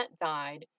died